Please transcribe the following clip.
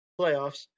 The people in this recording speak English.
playoffs